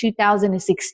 2016